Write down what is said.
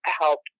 help